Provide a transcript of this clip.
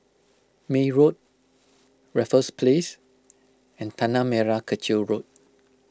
May Road Raffles Place and Tanah Merah Kechil Road